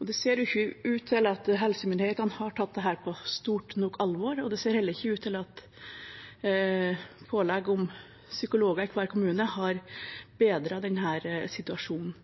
og det ser ikke ut til at helsemyndighetene har tatt dette på stort nok alvor. Det ser heller ikke ut til at pålegget om psykologer i hver kommune har bedret denne situasjonen.